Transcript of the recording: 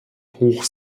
hoch